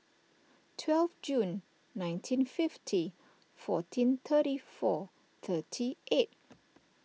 twelve June nineteen fifty fourteen thirty four thirty eight